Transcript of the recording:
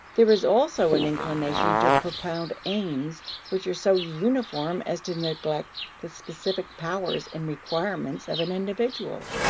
there is also an inclination to propound aims which are so uniform as to neglect the specific powers and requirements of an individual,